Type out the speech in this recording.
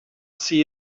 see